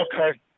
Okay